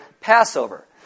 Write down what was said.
Passover